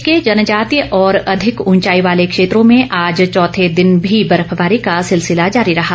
मौसम प्रदेश के जनजातीय और अधिक ऊंचाई वाले क्षेत्रों में आज चौथे दिन भी बर्फवारी का सिलसिला जारी रहा